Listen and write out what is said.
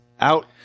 Out